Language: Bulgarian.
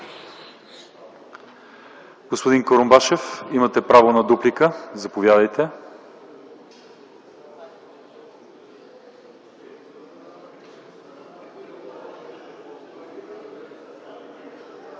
Господин Курумбашев, имате право на дуплика. Заповядайте.